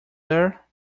there